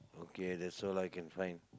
okay that's all I can find